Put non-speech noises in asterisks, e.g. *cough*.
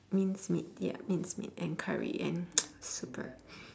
minced meat ya minced meat and curry and *noise* super